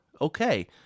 Okay